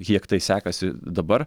kiek tai sekasi dabar